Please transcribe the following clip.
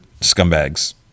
scumbags